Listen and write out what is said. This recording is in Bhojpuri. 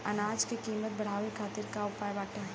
अनाज क कीमत बढ़ावे खातिर का उपाय बाटे?